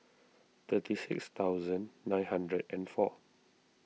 thirty six thousand nine hundred and four